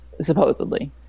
supposedly